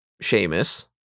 Sheamus